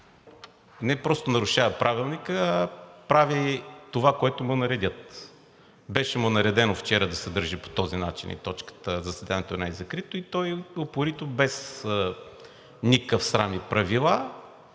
не просто нарушава Правилника, а прави това, което му наредят. Беше му наредено вчера да се държи по този начин и точката, заседанието да не е закрито и той упорито без никакъв срам и правила